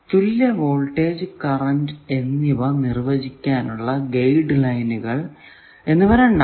തുല്യ voltage current നിർവചിക്കാനുള്ള guide ലൈനുകൾ രണ്ടാണ്